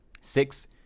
six